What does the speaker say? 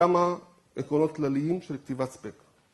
‫כמה עקרונות כלליים של כתיבת ספק.